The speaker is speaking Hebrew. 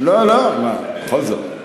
תקבל אותה תשובה